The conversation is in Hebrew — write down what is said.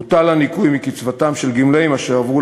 בוטל הניכוי מקצבתם של גמלאים אשר עברו